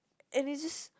and it's just